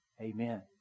Amen